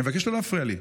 אני מבקש לא להפריע לי.